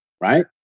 right